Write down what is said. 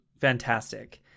fantastic